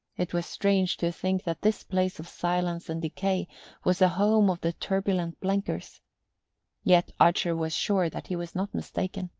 it was strange to think that this place of silence and decay was the home of the turbulent blenkers yet archer was sure that he was not mistaken.